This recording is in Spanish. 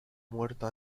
muerto